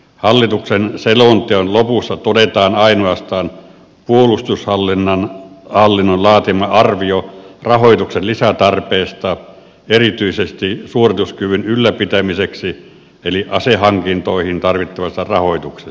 hallituksen selonteon lopussa todetaan ainoastaan puolustushallinnon laatima arvio rahoituksen lisätarpeesta erityisesti suorituskyvyn ylläpitämiseksi eli asehankintoihin tarvittavasta rahoituksesta